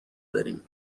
داریم